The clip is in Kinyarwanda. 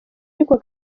ariko